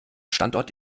standort